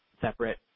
separate